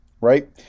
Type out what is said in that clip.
right